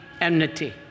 enmity